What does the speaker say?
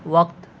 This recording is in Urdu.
وقت